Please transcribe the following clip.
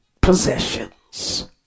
possessions